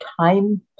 time